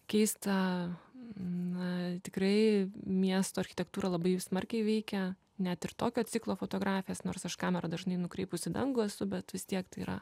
keista na tikrai miesto architektūra labai smarkiai veikia net ir tokio ciklo fotografijas nors aš kamerą dažnai nukreipus į dangų esu bet vis tiek tai yra